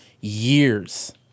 years